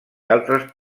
altres